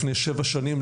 לפני כשבע שנים,